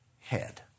head